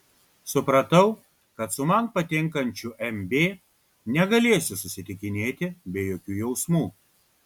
supratau kad su man patinkančiu m b negalėsiu susitikinėti be jokių jausmų